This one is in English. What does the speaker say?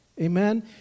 Amen